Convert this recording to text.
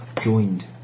joined